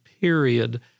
period